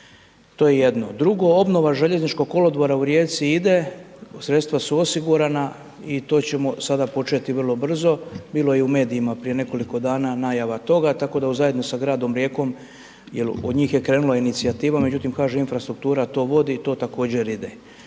To je jedno. Drugo obnova Željezničkog kolodvora u Rijeci ide, sredstva su osigurana i to ćemo početi vrlo brzo. Bilo je i u medijima prije nekoliko dana najava toga, tako da zajedno sa gradom Rijekom jer od njih je krenula inicijativa, međutim kažem Infrastruktura to vodi i to također ide.